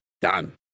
done